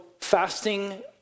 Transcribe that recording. fasting